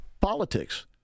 politics